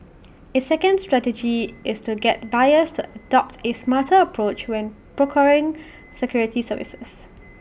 A second strategy is to get buyers to adopt A smarter approach when procuring security services